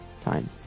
Time